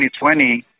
2020